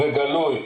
גלוי,